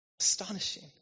Astonishing